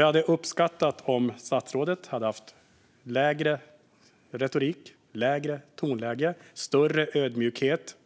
Jag hade uppskattat om statsrådet hade haft lägre tonläge i retoriken och större ödmjukhet.